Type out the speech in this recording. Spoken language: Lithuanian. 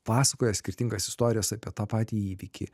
pasakoja skirtingas istorijas apie tą patį įvykį